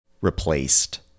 replaced